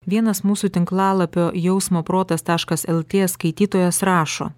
vienas mūsų tinklalapio jausmo protas taškas lt skaitytojas rašo